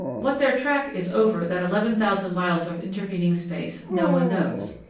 what their track is over that eleven thousand miles of intervening space no one knows.